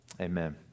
Amen